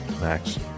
Max